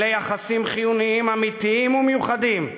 אלה יחסים חיוניים, אמיתיים ומיוחדים,